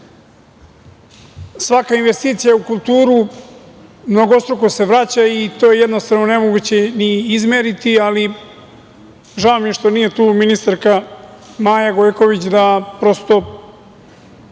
investicija u kulturu mnogostruko se vraća i to je, jednostavno, nemoguće izmeriti. Žao mi je što nije tu ministarka Maja Gojković da, prosto,